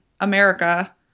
America